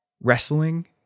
Wrestling